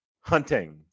hunting